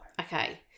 Okay